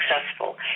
successful